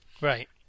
Right